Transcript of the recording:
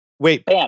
Wait